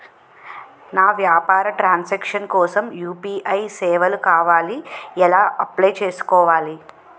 నా వ్యాపార transaction కోసం యు.పి.ఐ సేవలు కావాలి ఎలా అప్లయ్ చేసుకోవాలి?